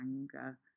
anger